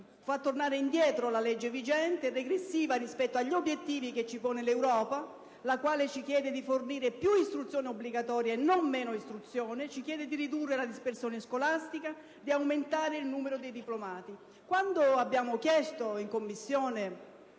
fa tornare indietro la legge vigente, è regressiva rispetto agli obiettivi che ci pone l'Europa, la quale ci chiede di fornire più istruzione obbligatoria e non meno istruzione; ci chiede di ridurre la dispersione scolastica, di aumentare il numero dei diplomati. Quando abbiamo chiesto in Commissione